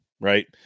right